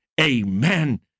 amen